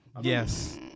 yes